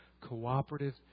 cooperative